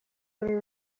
dore